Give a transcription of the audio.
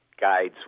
guides